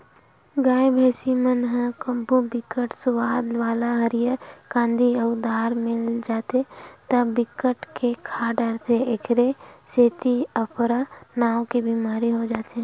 गाय, भइसी मन ल कभू बिकट सुवाद वाला हरियर कांदी अउ दार मिल जाथे त बिकट के खा डारथे एखरे सेती अफरा नांव के बेमारी हो जाथे